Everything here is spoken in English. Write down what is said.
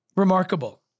Remarkable